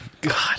God